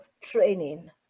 training